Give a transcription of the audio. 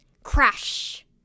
crash